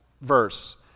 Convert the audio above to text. verse